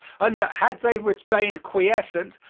and that had they remained quiescent,